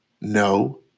No